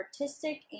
artistic